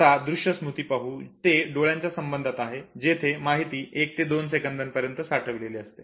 आता दृश्य स्मृती पाहू ते डोळ्यांच्या संबधात आहे जेथे माहिती 1 ते 2 सेकंदापर्यंत साठवलेली असते